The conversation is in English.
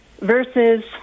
versus